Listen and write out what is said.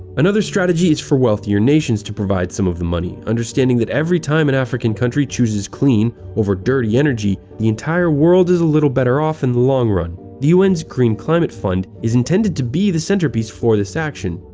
another strategy is for wealthier nations to provide the money, understanding that every time an african country chooses clean over dirty energy, the entire world is a little better off in the long run. the u n s green climate fund is intended to be the centerpiece for this action.